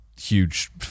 huge